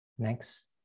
Next